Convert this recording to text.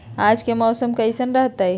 आज के मौसम कैसन रहताई?